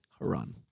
Haran